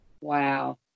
wow